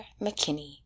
mckinney